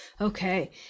Okay